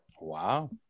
Wow